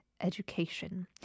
Education